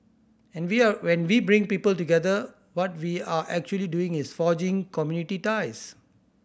and we are when we bring people together what we are actually doing is forging community ties